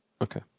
okay